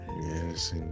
yes